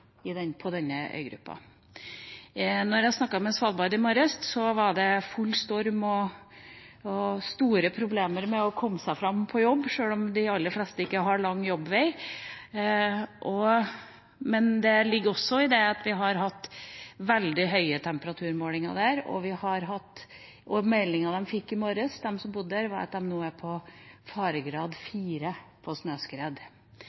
på denne øygruppa. Da jeg snakket med Svalbard i morges, var det full storm og store problemer med å komme seg fram til jobb, sjøl om de aller fleste ikke har lang jobbvei. Men i det ligger også at vi har hatt veldig høye temperaturmålinger der, og meldinga de som bor der fikk i morges, var at snøskredfaren var på faregrad 4. De utfordringene vi ser i dette «klimalaboratoriet» – som Svalbard nærmest er for oss – tror jeg det er